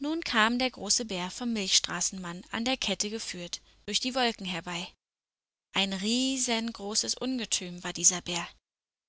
nun kam der große bär vom milchstraßenmann an der kette geführt durch die wolken herbei ein riesengroßes ungetüm war dieser bär